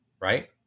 right